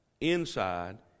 inside